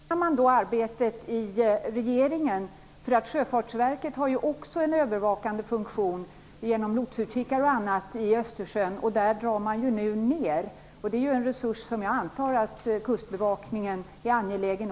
Herr talman! Hur samordnar man arbetet i regeringen? Sjöfartsverket har ju också en övervakande funktion genom lotsutkikar etc. i Östersjön. Där drar man ju nu ned. Det är en resurs som jag antar att Kustbevakningen är angelägen om.